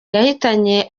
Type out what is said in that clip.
yahitanye